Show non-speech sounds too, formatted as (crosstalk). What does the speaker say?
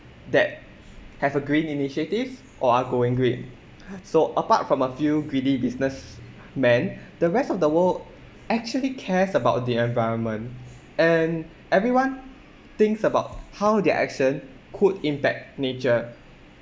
that have a green initiative or are going green (breath) so apart from a few greedy businessmen the rest of the world actually cares about the environment and everyone thinks about how their action could impact nature